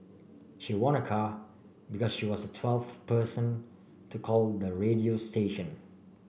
she won a car because she was the twelfth person to call the radio station